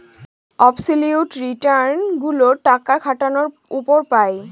absolute return গুলো টাকা খাটানোর উপর পাই